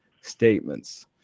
statements